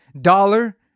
dollar